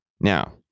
Now